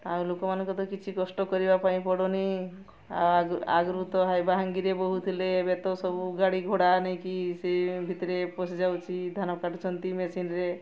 ଆଉ ଲୋକମାନଙ୍କ ତ କିଛି କଷ୍ଟ କରିବା ପାଇଁ ପଡ଼ୁନି ଆଉ ଆଗ ଆଗରୁ ତ ଏଇ ବାହାଙ୍ଗିରେ ବହୁ ଥିଲେ ଏବେ ତ ସବୁ ଗାଡ଼ି ଘୋଡ଼ା ନେଇକି ସେ ଭିତରେ ପୋଷି ଯାଉଛି ଧାନ କାଟୁଛନ୍ତି ମେସିନ୍ରେ